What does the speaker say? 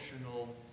emotional